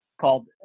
called